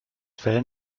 fell